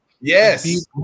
Yes